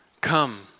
Come